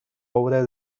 obra